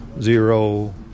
zero